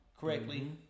correctly